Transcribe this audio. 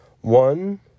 one